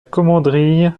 commanderie